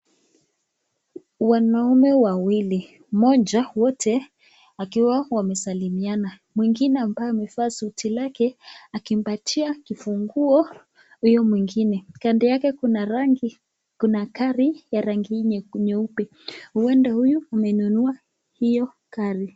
Wanaume wawili wote wakiwa wamesalimiana mwingine ambaye amevaa suti lake akimpatia kifunguo huyo mwingine kando yake kuna gari ya rangi nyeupe huenda huyu amenunua hiyo gari.